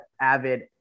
avid